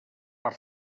per